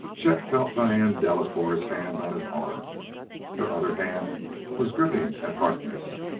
chet felt diane delacouer's hand on his arm her other hand was gripping at harkness.